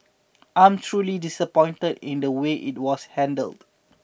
I'm truly disappointed in the way it was handled